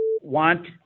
want